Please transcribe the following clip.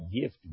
gift